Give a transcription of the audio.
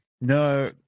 No